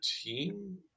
team